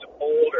older